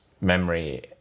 memory